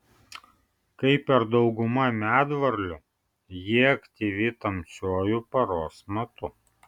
kaip ir dauguma medvarlių ji aktyvi tamsiuoju paros metu